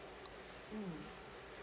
mm